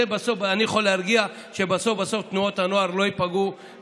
אני יכול להרגיע שבסוף בסוף תנועות הנוער לא ייפגעו,